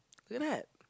look at